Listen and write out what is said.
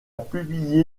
publié